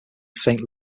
saint